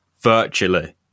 virtually